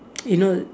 you know